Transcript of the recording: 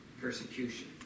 persecution